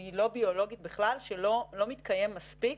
שהיא לא ביולוגית בכלל שלא מתקיים מספיק,